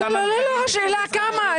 כמה?